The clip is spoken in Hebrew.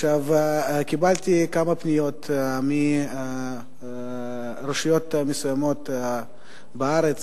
קיבלתי כמה פניות מרשויות מסוימות בארץ.